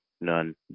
None